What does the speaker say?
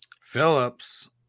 Phillips